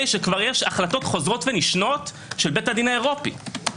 שכבר יש החלטות חוזרות ונשנות של בית הדין האירופי?